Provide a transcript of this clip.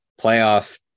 playoff